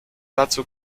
dazu